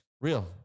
Real